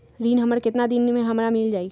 ऋण हमर केतना दिन मे हमरा मील जाई?